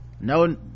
no